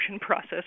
process